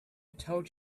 told